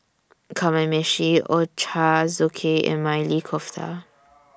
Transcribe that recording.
Kamameshi Ochazuke and Maili Kofta